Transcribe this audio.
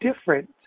different